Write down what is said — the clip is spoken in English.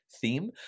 theme